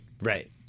Right